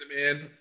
man